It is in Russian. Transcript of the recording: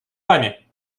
вами